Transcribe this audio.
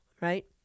right